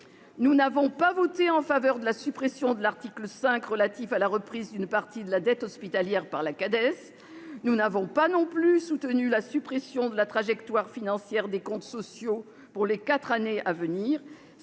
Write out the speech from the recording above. Nous n'avons pas voté en faveur de la suppression de l'article 5 relatif à la reprise d'une partie de la dette hospitalière par la Caisse d'amortissement de la dette sociale (Cades). Nous n'avons pas non plus soutenu la suppression de la trajectoire financière des comptes sociaux pour les quatre années à venir.